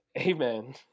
Amen